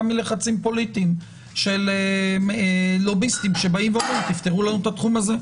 מלחצים פוליטיים של לוביסטים שאומרים: תפטרו לנו את התחום הזה.